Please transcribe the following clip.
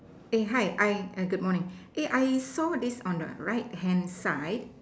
eh hi I I good morning eh I saw this on the right hand side